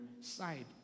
side